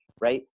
Right